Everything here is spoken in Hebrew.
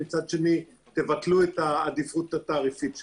ומצד שני תבטלו את העדיפות התעריפית שלנו.